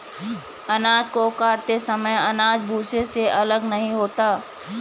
अनाज को काटते समय अनाज भूसे से अलग नहीं होता है